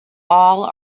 all